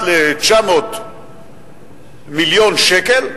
כמעט ל-900 מיליון שקל,